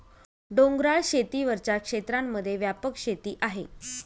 डोंगराळ शेती वरच्या क्षेत्रांमध्ये व्यापक शेती आहे